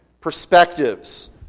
perspectives